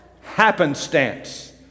happenstance